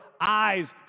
eyes